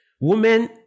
Women